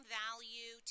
value